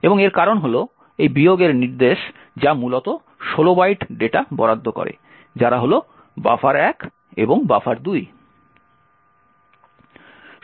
এবং এর কারণ হল এই বিয়োগের নির্দেশনা যা মূলত 16 বাইট ডেটা বরাদ্দ করে যারা হল বাফার 1 এবং বাফার2